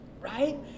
Right